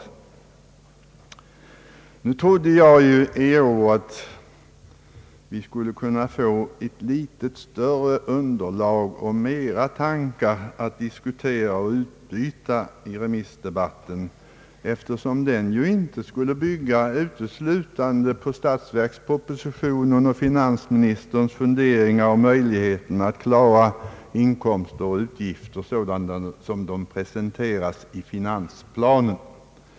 Jag trodde att vi i år skulle få ett större underlag och mera tankar att diskutera och utbyta i remissdebatten, eftersom den inte uteslutande skulle bygga på statsverkspropositionen och finansministerns funderingar om möjligheten att klara inkomster och utgifter såsom de presenterades i finansplanen.